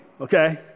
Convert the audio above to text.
okay